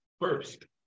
first